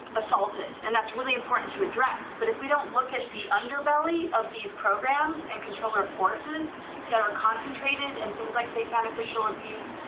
assaulted, and that's really important to address, but if we don't look at the underbelly of these programs and control our forces that are concentrated, and things like satanic ritual abuse,